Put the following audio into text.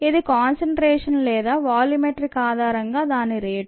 ఇది కాన్సంట్రేషన్ లేదా వాల్యూమెట్రిక్ ఆధారంగా దాని రేటు